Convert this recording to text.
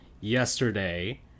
yesterday